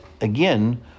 again